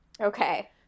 Okay